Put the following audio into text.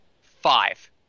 five